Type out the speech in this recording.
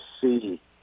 see